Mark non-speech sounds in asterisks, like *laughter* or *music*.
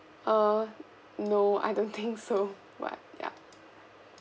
uh no I don't think *laughs* so but ya